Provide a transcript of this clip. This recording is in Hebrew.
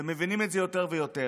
ומבינים את זה יותר ויותר,